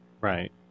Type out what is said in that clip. Right